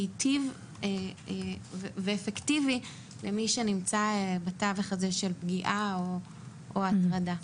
מיטיב ואפקטיבי למי שנמצא בתווך הזה של פגיעה או הטרדה.